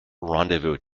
rendezvous